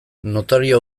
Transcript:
notario